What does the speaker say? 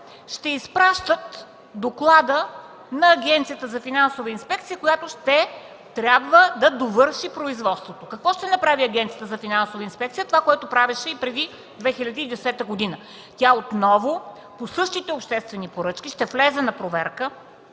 ще изпращат доклада на Агенцията за финансова инспекция, която ще трябва да довърши производството. Какво ще направи Агенцията за финансова инспекция? Това, което правеше и преди 2010 г. Тя отново по същите обществени поръчки ще влезе на проверка,